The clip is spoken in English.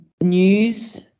news